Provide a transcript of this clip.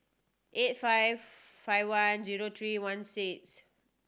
eight five five one zero three one six